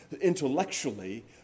intellectually